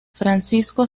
francisco